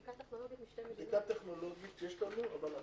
בדיקה טכנולוגית יש לנו.